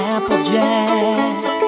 Applejack